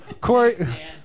Corey